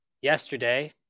yesterday